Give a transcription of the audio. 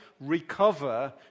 recover